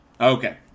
Okay